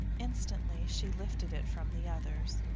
instantly she lifted it from the others,